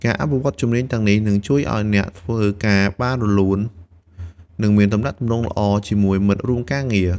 ការអភិវឌ្ឍជំនាញទាំងនេះនឹងជួយឱ្យអ្នកធ្វើការបានរលូន និងមានទំនាក់ទំនងល្អជាមួយមិត្តរួមការងារ។